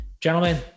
Gentlemen